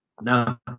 Now